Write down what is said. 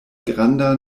granda